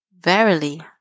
Verily